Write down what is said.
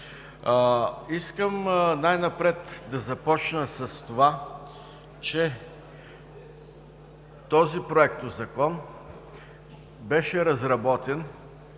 Искам най-напред да започна с това, че този Проектозакон беше разработен